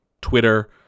Twitter